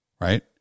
Right